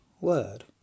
word